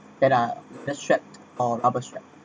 that are the strap or rubber strap